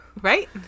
Right